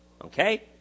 Okay